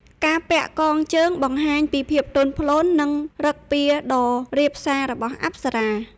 ការពាក់កងជើងបង្ហាញពីភាពទន់ភ្លន់ និងឫកពាដ៏រាបសារបស់អប្សរា។